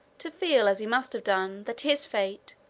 to feel, as he must have done, that his fate,